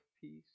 peace